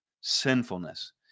sinfulness